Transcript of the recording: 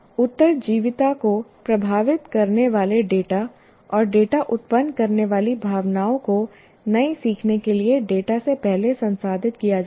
उत्तरजीविता को प्रभावित करने वाले डेटा और डेटा उत्पन्न करने वाली भावनाओं को नए सीखने के लिए डेटा से पहले संसाधित किया जाता है